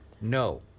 No